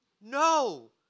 No